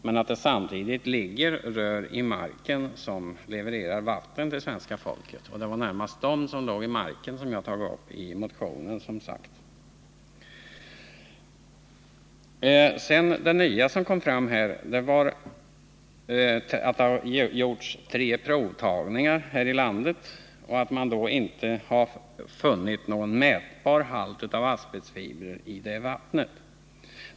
Men samtidigt ligger i marken rör som levererar vatten till svenska folket. I min motion har jag närmast tagit upp problemen med de rör som ligger i marken. Det nya som kom fram här under debatten var att det har gjorts tre provtagningar här i landet och att man då inte har funnit någon mätbar halt av asbestfibrer i vattnet.